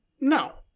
No